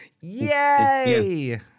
Yay